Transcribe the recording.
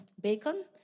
bacon